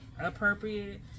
appropriate